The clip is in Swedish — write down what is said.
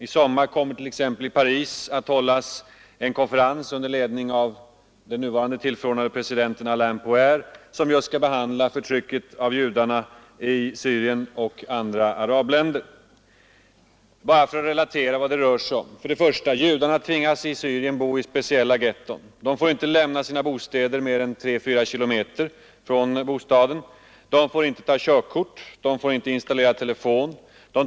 I sommar kommer t.ex. i Paris att hållas en konferens under ledning av den nuvarande tillförordnade presidenten Alain Poher just för att behandla förtrycket av judarna i Syrien och andra arabländer. Bara för att relatera vad det rör sig om vill jag nämna följande: Judarna tvingas i Syrien bo i speciella getton. De får inte avlägsna sig mer än 3—4 kilometer från bostaden. De får inte ta körkort. De får inte installera telefon i sina hem.